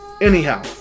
Anyhow